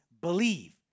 believe